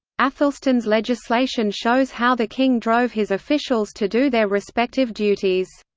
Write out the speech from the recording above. aethelstan's legislation shows how the king drove his officials to do their respective duties.